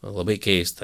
labai keista